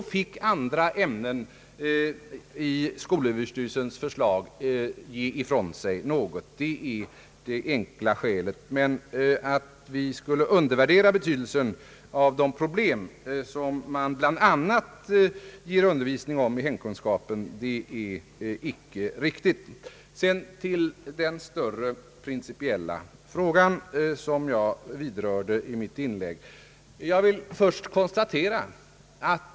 Därför fick andra ämnen i skolöverstyrelsens förslag avstå något. Det är det enkla skälet. Det är alltså icke riktigt att vi skulle undervärdera betydelsen av de problem som tas upp i bl.a. undervisningen i hemkunskap. Jag återkommer till den större principiella fråga som jag berörde i mitt tidigare inlägg.